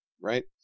right